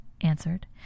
answered